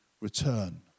return